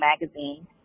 magazine